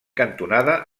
cantonada